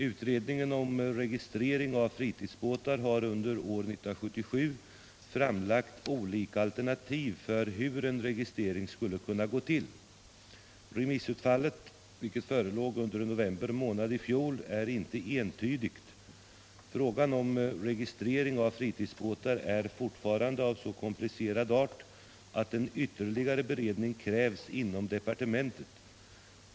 Utredningen om registrering av fritidsbåtar har under år 1977 framlagt olika alternativ för hur en registrering skulle kunna gå till. Remissutfallet — vilket förelåg under november månad i fjol — är inte entydigt. Frågan om registrering av fritidsbåtar är fortfarande av så komplicerad art att en ytterligare beredning krävs inom departementet.